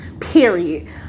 Period